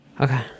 okay